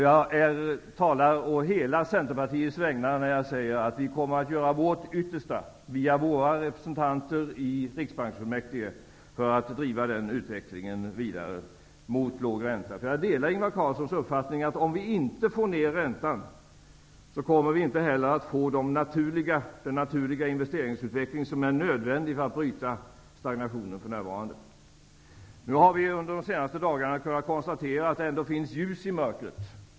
Jag talar å hela Centerpartiets vägnar när jag säger att vi kommer att göra vårt yttersta via våra representanter i Riksbanksfullmäktige för att den utvecklingen skall kunna drivas vidare mot en låg ränta. Jag delar nämligen Ingvar Carlssons uppfattning. Om vi inte får ner räntan, kommer vi inte heller att få den naturliga investeringsutveckling som är nödvändig för att bryta den stagnation som för närvarande råder. Under de senaste dagarna har vi kunnat konstatera att det ändå finns ljus i mörkret.